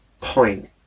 point